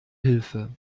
hilfe